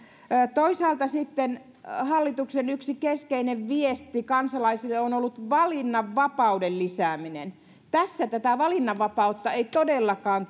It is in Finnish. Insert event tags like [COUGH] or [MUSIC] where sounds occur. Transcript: toisaalta sitten hallituksen yksi keskeinen viesti kansalaisille on ollut valinnanvapauden lisääminen tässä tätä valinnanvapautta ei todellakaan [UNINTELLIGIBLE]